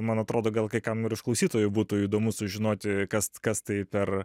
man atrodo gal kai kam ir iš klausytojų būtų įdomu sužinoti kas kas tai per